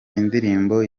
indirimbo